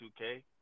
2K